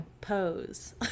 pose